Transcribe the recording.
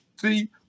See